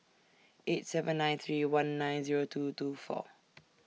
eight seven nine three one nine Zero two two four